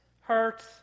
hurts